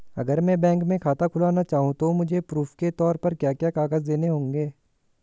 अगर मैं बैंक में खाता खुलाना चाहूं तो मुझे प्रूफ़ के तौर पर क्या क्या कागज़ देने होंगे?